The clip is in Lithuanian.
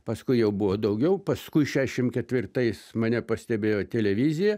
paskui jau buvo daugiau paskui šešim ketvirtais mane pastebėjo televizija